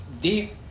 deep